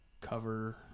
cover